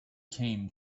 came